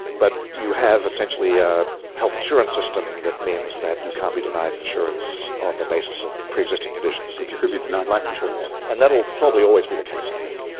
but you have, essentially, a health insurance system that means that you can't be denied insurance on the basis of pre-existing conditions. but you could be denied life insurance. and that will probably always be the case, i think.